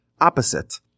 opposite